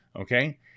okay